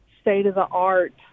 state-of-the-art